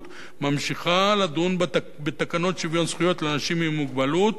ממשיכה לדון בתקנות שוויון זכויות לאנשים עם מוגבלות